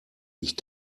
ich